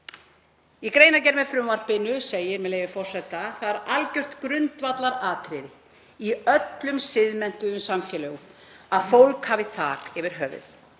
Í greinargerð með frumvarpinu segir, með leyfi forseta: „Það er algjört grundvallaratriði í öllum siðmenntuðum samfélögum að fólk hafi þak yfir höfuðið.